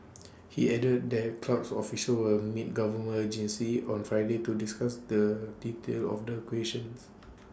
he added that clubs officials will meet government agencies on Friday to discuss the details of the acquisitions